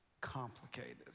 complicated